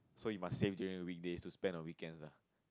so you must save during the weekdays to spend on weekends ah